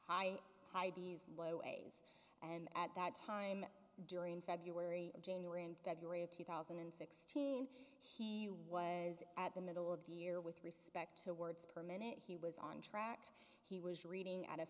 high low eighty's and at that time during february january and february of two thousand and sixteen he was at the middle of the year with respect to words per minute he was on track he was reading